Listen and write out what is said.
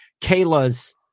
Kayla's